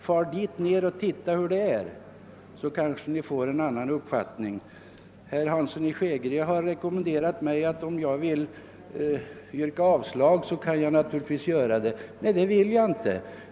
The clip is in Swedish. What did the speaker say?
Far dit och se hur det ligger till! Då får ni kanske en annan uppfattning. Herr Hansson i Skegrie sade att jag kan yrka avslag, men det vill jag inte göra.